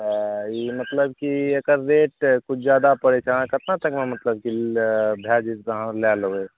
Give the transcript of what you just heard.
तऽ ई मतलब कि एकर रेट किछु जादा पड़य छै अहाँ कतना तकमे मतलब की भए जेतय तऽ अहाँ लए लेबय